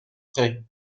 prêt